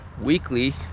weekly